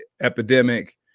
epidemic